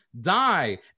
die